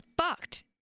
fucked